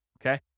okay